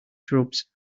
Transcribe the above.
shrubs